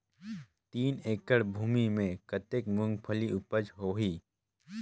तीन एकड़ भूमि मे कतेक मुंगफली उपज होही?